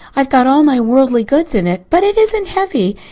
i've got all my worldly goods in it, but it isn't heavy.